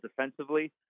defensively